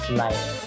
life